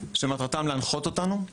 שמטרתם להנחות אותנו.